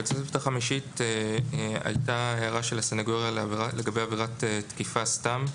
בתוספת החמישית הייתה הערה של הסניגוריה לגבי עבירת תקיפה סתם.